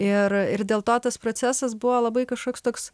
ir ir dėl to tas procesas buvo labai kažkoks toks